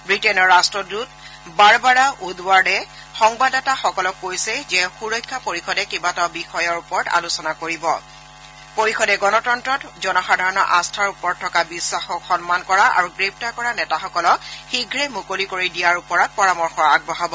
ৱিটেইনৰ ৰাষ্টদৃত বাৰবাৰা উদৱাৰ্ডে সংবাদদাতাসকলক কৈছে যে সুৰক্ষা পৰিষদে কেইবাটাও বিষয়ৰ ওপৰত আলোচনা কৰি পৰিযদে গণতন্ত্ৰত জনসাধাৰণৰ আস্থাৰ ওপৰত থকা বিশ্বাসক সন্মান কৰা গ্ৰেপ্তাৰ কৰা নেতাসকলক শীঘ্ৰে মুকলি কৰি দিয়াৰ ওপৰত পৰামৰ্শ আগবঢ়াব